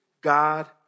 God